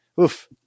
oof